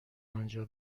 آنجا